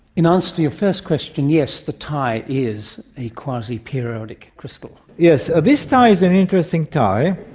in answer to your first question, yes, the tie is a quasiperiodic crystal. yes, this tie is an interesting tie,